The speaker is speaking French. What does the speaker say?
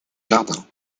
jardin